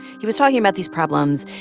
he was talking about these problems.